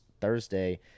Thursday